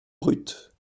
brutes